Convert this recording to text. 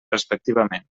respectivament